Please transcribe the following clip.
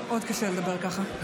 מאוד קשה לדבר ככה.